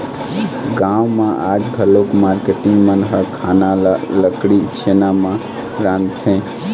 गाँव म आज घलोक मारकेटिंग मन ह खाना ल लकड़ी, छेना म रांधथे